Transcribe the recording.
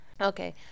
Okay